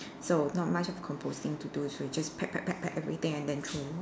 so not much of composting to do so we just pack pack pack pack everything and then we throw